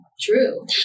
true